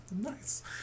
nice